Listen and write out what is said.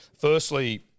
Firstly